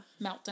meltdown